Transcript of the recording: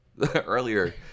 Earlier